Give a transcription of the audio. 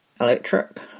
electric